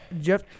Jeff